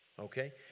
okay